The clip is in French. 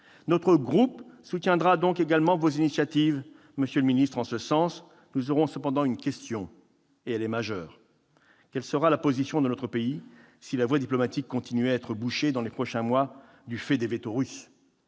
ministre, soutiendra donc également vos initiatives en ce sens. Nous aurons cependant une question majeure : quelle sera la position de notre pays si la voie diplomatique continuait à être bouchée dans les prochains mois du fait des veto russes ?